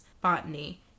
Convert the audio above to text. botany